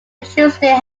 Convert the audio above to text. tuesday